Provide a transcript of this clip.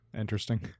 interesting